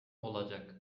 olacak